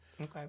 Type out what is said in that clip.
Okay